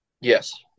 Yes